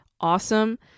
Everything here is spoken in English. awesome